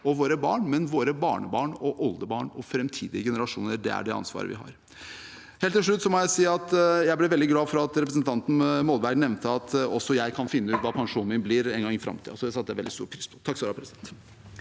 av det, men også våre barnebarn, oldebarn og framtidige generasjoner. Det er det ansvaret vi har. Helt til slutt må jeg si at jeg ble veldig glad for at representanten Molberg nevnte at også jeg kan finne ut hva pensjonen min blir en gang i framtiden. Det satte jeg veldig stor pris på. Tuva Moflag (A)